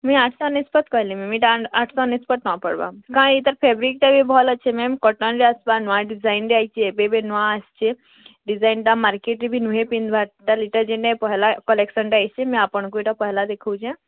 ମୁଇଁ ଆଠଶହ ଅନେଶପତ୍ କହିଲି ମ୍ୟାମ୍ ଏଟା ଆଠଶହ ଅନେଶପତ୍ ଟଙ୍କା ପଡ଼୍ବା ହାଁ ଇତାର୍ ଫେଭ୍ରିକ୍ଟା ବି ଭଲ୍ ଅଛେ ମ୍ୟାମ୍ କଟନ୍ରେ ଆସ୍ବା ନୂଆ ଡ଼ିଜାଇନ୍ ଆସ୍ଛି ଏବେ ଏବେ ନୂଆ ଆସିଚେ ଡ଼ିଜାଇନ୍ଟା ମାାର୍କେଟ୍ରେ ବି ନୁହେଁ ପିନ୍ଧ୍ବାର୍ ପହେଲା କଲେକ୍ସନ୍ଟେ ଆସିଛେ ମୁଁ ଆପଣଙ୍କୁ ଏଟା ପହଲା ଦେଖଉଛେ